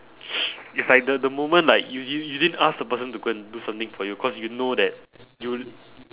it's like the the moment like you you you didn't ask the person to go and do something for you cause you know that you